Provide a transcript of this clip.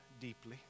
deeply